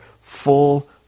full